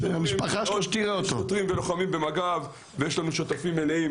יש עוד שוטרים ולוחמים במג"ב ויש לנו שותפים מלאים